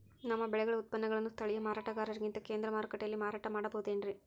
ನಮ್ಮ ಬೆಳೆಗಳ ಉತ್ಪನ್ನಗಳನ್ನ ಸ್ಥಳೇಯ ಮಾರಾಟಗಾರರಿಗಿಂತ ಕೇಂದ್ರ ಮಾರುಕಟ್ಟೆಯಲ್ಲಿ ಮಾರಾಟ ಮಾಡಬಹುದೇನ್ರಿ?